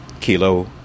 Kilo